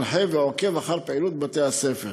מנחה ועוקב אחר פעילות בתי-הספר.